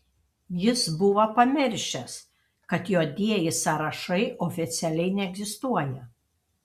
jis buvo pamiršęs kad juodieji sąrašai oficialiai neegzistuoja